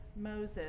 Moses